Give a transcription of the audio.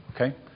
okay